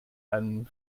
einem